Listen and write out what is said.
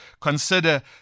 consider